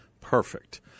perfect